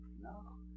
no